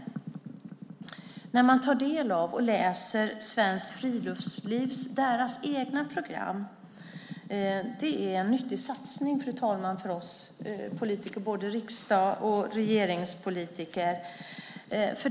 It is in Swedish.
Fru talman! Svenskt Friluftslivs eget program är en nyttig läsning för oss politiker i både riksdag och regering.